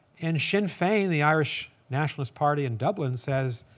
and sinn fein, the irish nationalist party in dublin, says,